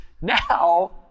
now